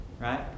Right